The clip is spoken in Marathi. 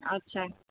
अच्छा